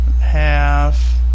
half